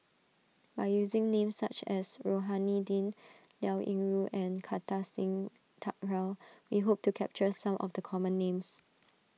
by using names such as Rohani Din Liao Yingru and Kartar Singh Thakral we hope to capture some of the common names